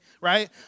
right